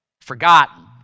forgotten